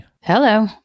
Hello